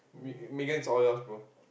Me~ Megan's all yours bro